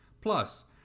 Plus